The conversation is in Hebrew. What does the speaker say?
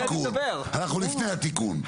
אנחנו לפני התיקון.